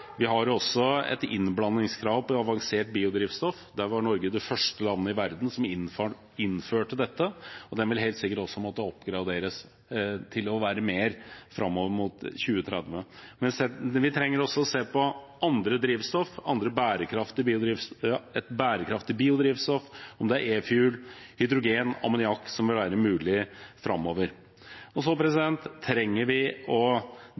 også et innblandingskrav på avansert biodrivstoff. Det var Norge det første landet i verden som innførte, og det vil helt sikkert måtte oppgraderes til å være mer fram mot 2030. Vi trenger også å se på andre drivstoff, et bærekraftig biodrivstoff, om det er e-fuel, hydrogen eller ammoniakk som vil være mulig framover. Vi trenger å drive fram utviklingen av elfly og ta det i bruk. Norge har en unik posisjon med det kortbanenettet vi